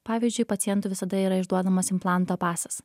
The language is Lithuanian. pavyzdžiui pacientui visada yra išduodamas implanto pasas